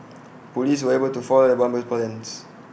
Police were able to foil the bomber's plans